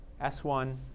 S1